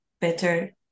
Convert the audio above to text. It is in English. better